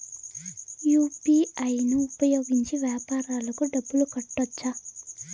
UPI ను ఉపయోగించి వ్యాపారాలకు డబ్బులు కట్టొచ్చా?